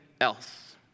else